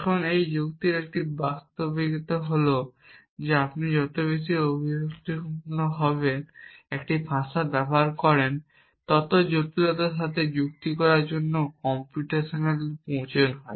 এখন এটি যুক্তির একটি বাস্তবতা হল যে আপনি যত বেশি অভিব্যক্তিপূর্ণ ভাবে একটি ভাষা ব্যবহার করেন তত জটিলতার সাথে যুক্তি করার জন্য কম্পিউটেশনাল প্রয়োজন হয়